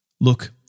Look